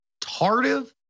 Tardive